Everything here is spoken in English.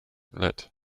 lit